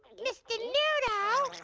mr. noodle,